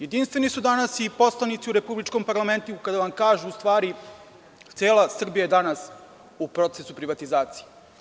Jedinstveni su danas i poslanici u republičkom parlamentu kada vam kažu – cela Srbija je danas u procesu privatizacije.